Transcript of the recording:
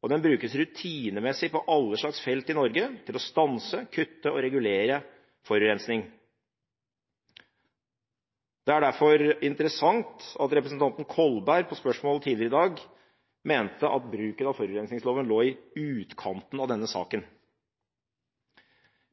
og den brukes rutinemessig på alle slags felt i Norge til å stanse, kutte og regulere forurensing. Det er derfor interessant at representanten Kolberg på spørsmål tidligere i dag mente at bruken av forurensingsloven lå i utkanten av denne saken.